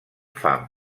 fam